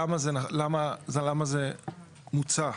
למה זה מוצע.